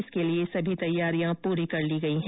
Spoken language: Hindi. इसके लिए सभी तैयारियाँ पूरी कर लो गई है